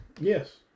Yes